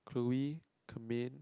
Cloe Camaine